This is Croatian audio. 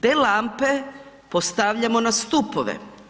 Te lampe postavljamo na stupove.